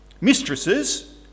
Mistresses